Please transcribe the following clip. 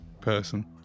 person